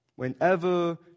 Whenever